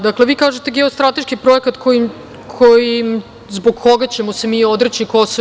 Dakle, vi kažete geostrateški projekat zbog koga ćemo se mi odreći KiM.